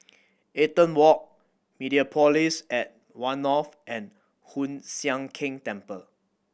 Eaton Walk Mediapolis at One North and Hoon Sian Keng Temple